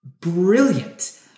brilliant